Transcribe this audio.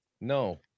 no